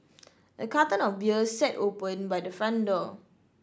a carton of beer sat open by the front door